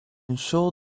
ensure